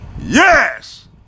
Yes